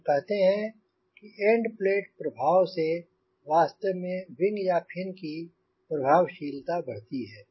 हम कहते हैं एंड प्लेट प्रभाव से वास्तव में विंग या फिन की प्रभावशीलता बढ़ती है